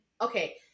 okay